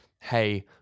hey